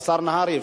השר נהרי,